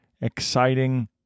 exciting